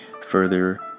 further